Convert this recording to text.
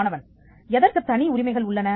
மாணவன் எதற்குத் தனி உரிமைகள் உள்ளன